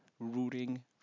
Rooting